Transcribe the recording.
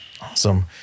Awesome